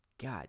God